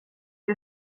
que